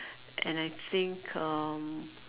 and I think um